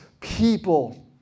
people